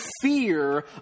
fear